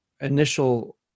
initial